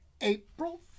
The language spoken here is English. April